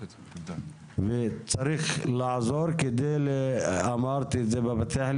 וצריך לעזור ואמרתי את זה בפתיח,